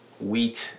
wheat